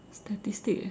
statistic eh